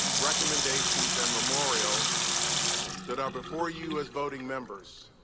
recommendations, and memorials that are before you as voting members.